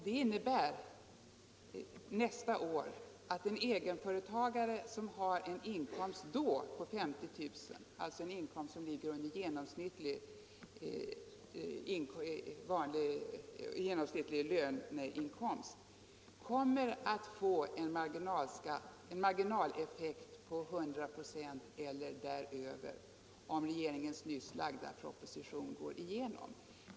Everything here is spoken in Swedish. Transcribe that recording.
Det innebär för nästa år att en egenföretagare som då har en inkomst på 50 000 — alltså en inkomst som ligger under genomsnittlig löneinkomst - kommer att få en marginaleffekt på 100 96 eller däröver om regeringens nyss framlagda proposition går igenom.